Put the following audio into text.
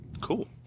Cool